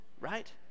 Right